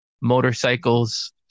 motorcycles